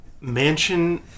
Mansion